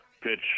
pitch